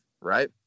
right